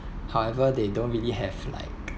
however they don't really have like